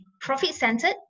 profit-centered